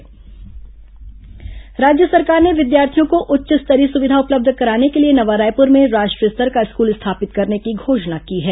नवा रायपुर स्कूल राज्य सरकार ने विद्यार्थियों को उच्च स्तरीय सुविधा उपलब्ध कराने के लिए नवा रायपुर में राष्ट्रीय स्तर का स्कूल स्थापित करने की घोषणा की है